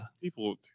People